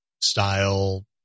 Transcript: style